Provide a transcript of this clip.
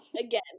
Again